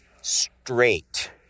straight